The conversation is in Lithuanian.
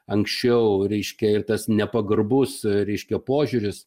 anksčiau reiškia ir tas nepagarbus reiškia požiūris